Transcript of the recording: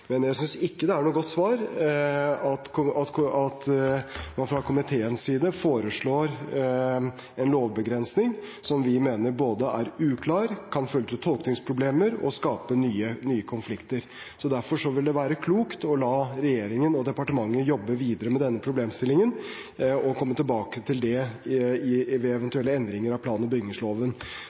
Men jeg synes det ikke er noe godt svar at man fra komiteens side foreslår en lovbegrensning, som vi mener både er uklar, kan føre til tolkningsproblemer og skape nye konflikter. Derfor vil det være klokt å la regjeringen og departementet jobbe videre med denne problemstillingen og komme tilbake til det ved eventuelle endringer av plan- og bygningsloven.